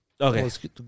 Okay